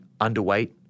underweight